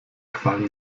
qualm